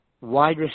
wide